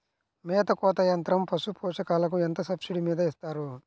మేత కోత యంత్రం పశుపోషకాలకు ఎంత సబ్సిడీ మీద ఇస్తారు?